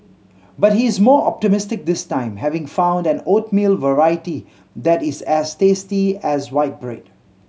but he is more optimistic this time having found that oatmeal variety that is as tasty as white bread